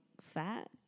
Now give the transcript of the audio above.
fat